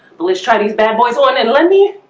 but let's try these bad boys on and let me